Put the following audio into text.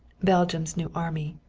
belgium's new army.